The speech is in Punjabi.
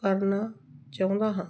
ਕਰਨਾ ਚਾਹੁੰਦਾ ਹਾਂ